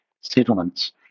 settlements